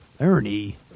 Ernie